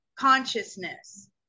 consciousness